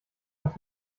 hat